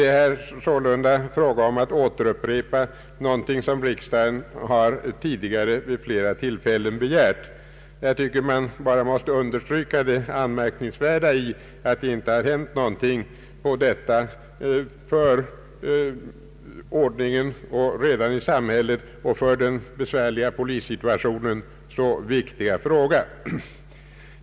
Det gäller alltså här att upprepa en begäran som riksdagen redan tidigare framfört. Man måste understryka det anmärkningsvärda i att ingenting blivit gjort åt denna för ordningen i samhället och för den besvärliga polissituationen så viktiga fråga.